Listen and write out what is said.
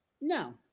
no